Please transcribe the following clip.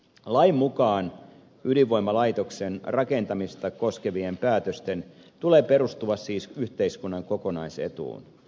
lain mukaan ydinvoimalaitoksen rakentamista koskevien päätösten tulee perustua siis yhteiskunnan kokonaisetuun